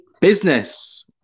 Business